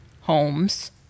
Homes